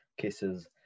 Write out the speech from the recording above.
cases